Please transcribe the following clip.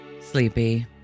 sleepy